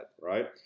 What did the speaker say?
right